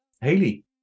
Haley